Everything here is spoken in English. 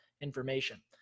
information